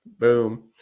boom